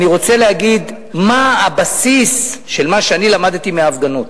אני רוצה להגיד מה הבסיס של מה שאני למדתי מההפגנות.